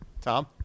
Tom